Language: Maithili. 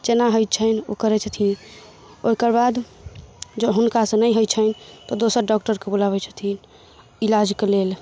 जेना होइत छनि ओ करै छथिन ओहिके बाद जँ हुनकासँ नहि होइ छनि तऽ दोसर डॉक्टरके बुलाबै छथिन इलाजके लेल